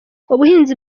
ubuhinzi